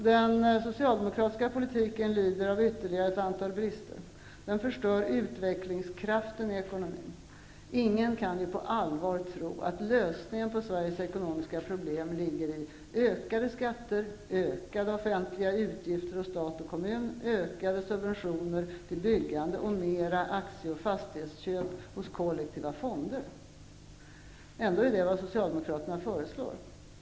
Den socialdemokratiska politiken lider av ytterligare ett antal brister. Den förstör utvecklingskraften i ekonomin. Ingen kan ju på allvar tro att lösningen på Sveriges ekonomiska problem ligger i ökade skatter, ökade offentliga utgifter hos stat och kommun, ökade subventioner till byggande och mer aktie och fastighetsköp av kollektiva fonder. Ändå är det vad Socialdemokraterna föreslår.